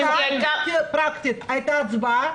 רגע, אני רוצה להיות פרקטית, הייתה הצבעה?